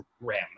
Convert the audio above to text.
RAM